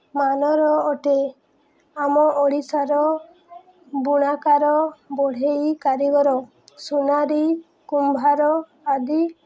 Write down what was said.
ମାନର ଅଟେ ଆମ ଓଡ଼ିଶାର ବୁଣାକାର ବଢ଼େଇ କାରିଗର ସୁନାରୀ କୁମ୍ଭାର ଆଦି